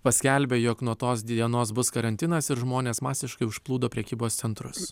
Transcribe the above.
paskelbė jog nuo tos dienos bus karantinas ir žmonės masiškai užplūdo prekybos centrus